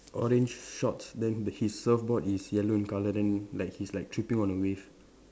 orange shorts then the his surfboard is yellow in colour then like he's like tripping on the wave